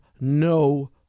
no